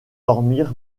dormir